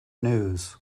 news